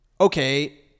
okay